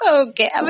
okay